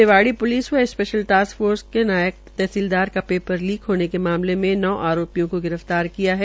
Rewari police व special task police ने नायब तहसीलदार का पेपर लीक होने के मामले में नौ आरोपियों को गिरफ्तार किया है